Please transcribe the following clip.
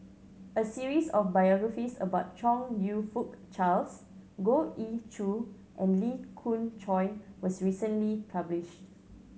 a series of biographies about Chong You Fook Charles Goh Ee Choo and Lee Khoon Choy was recently published